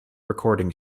recording